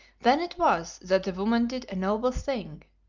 then it was that the woman did a noble thing,